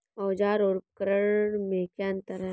औज़ार और उपकरण में क्या अंतर है?